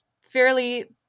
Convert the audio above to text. fairly